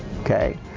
okay